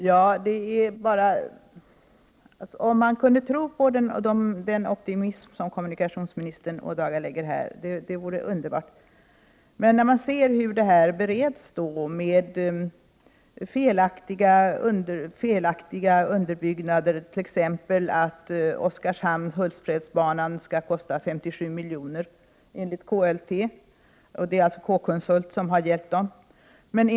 Herr talman! Om man kunde tro på den optimism som kommunikationsministern ådagalägger här vore det väl underbart. Men det kan man inte när man ser hur ärendena bereds och leder till felaktigt underbyggda beslut. Oskarshamn-Hultsfredsbanan t.ex. skall kosta 57 miljoner, enligt KLT. Dessa uppgifterna har de fått från K-konsult.